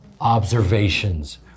observations